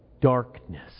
darkness